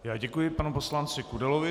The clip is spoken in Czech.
Já děkuji panu poslanci Kudelovi.